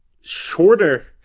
shorter